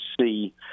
see